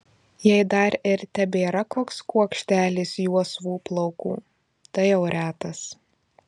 jei dar ir tebėra koks kuokštelis juosvų plaukų tai jau retas